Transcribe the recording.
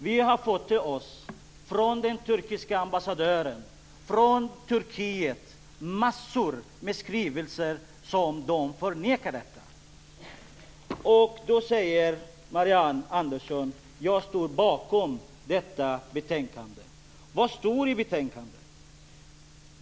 Vi har från den turkiske ambassadören och från Turkiet fått massor av skrivelser där de förnekar detta. Då säger Marianne Andersson: Jag står bakom detta betänkande. Vad står det i betänkandet?